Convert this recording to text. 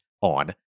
on